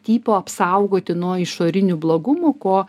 tipo apsaugoti nuo išorinių blogumų ko